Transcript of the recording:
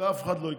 אף אחד לא יקרא.